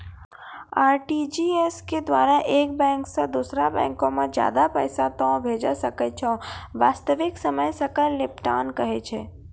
RTGS के द्वारा एक बैंक से दोसरा बैंको मे ज्यादा पैसा तोय भेजै सकै छौ वास्तविक समय सकल निपटान कहै छै?